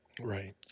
Right